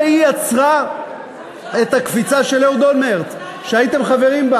שבה הייתם חברים,